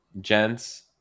Gents